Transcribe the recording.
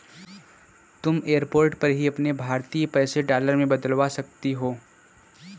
तुम एयरपोर्ट पर ही अपने भारतीय पैसे डॉलर में बदलवा सकती हो